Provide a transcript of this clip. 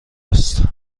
است